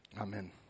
Amen